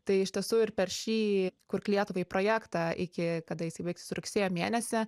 tai iš tiesų ir per šį kurk lietuvai projektą iki kada jisai baigsis rugsėjo mėnesį